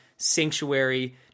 sanctuary